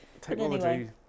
Technology